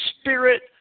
spirit